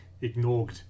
ignored